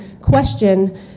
question